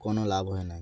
କ'ଣ ଲାଭ ହେଇ ନାହିଁ